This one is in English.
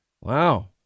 wow